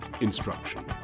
instruction